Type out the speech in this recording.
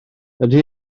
ydy